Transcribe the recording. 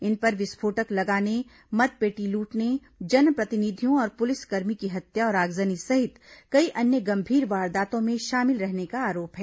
इन पर विस्फोटक लगाने मत पेटी लूटने जनप्रतिनिधियों और पुलिसकर्मी की हत्या और आगजनी सहित कई अन्य गंभीर वारदातों में शामिल रहने का आरोप है